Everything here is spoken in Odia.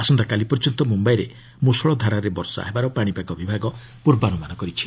ଆସନ୍ତାକାଲି ପର୍ଯ୍ୟନ୍ତ ମୁମ୍ୟାଇରେ ମୁଷଳଧାରାରେ ବର୍ଷା ହେବାର ପାଣିପାଗ ବିଭାଗ ପୂର୍ବାନୁମାନ କରିଛି